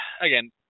again